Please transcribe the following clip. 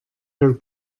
their